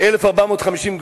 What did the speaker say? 1450,